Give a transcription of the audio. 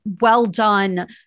well-done